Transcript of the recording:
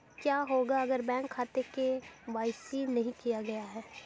क्या होगा अगर बैंक खाते में के.वाई.सी नहीं किया गया है?